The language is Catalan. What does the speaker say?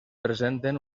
presenten